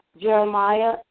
Jeremiah